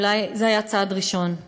אולי זה היה צעד ראשון.